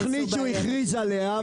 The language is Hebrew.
זאת הייתה תוכנית שהוא הכריז עליה,